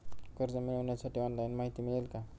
कर्ज मिळविण्यासाठी ऑनलाइन माहिती मिळेल का?